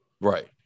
Right